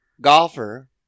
golfer